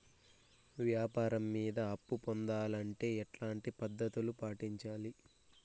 వ్యాపారం మీద అప్పు పొందాలంటే ఎట్లాంటి పద్ధతులు పాటించాలి?